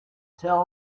tell